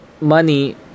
money